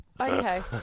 Okay